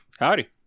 Howdy